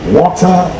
water